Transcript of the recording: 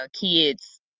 kids